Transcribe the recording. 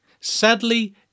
Sadly